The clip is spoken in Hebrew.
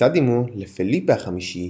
ומצד אימו לפליפה החמישי,